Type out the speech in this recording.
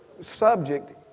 subject